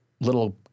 little